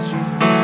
Jesus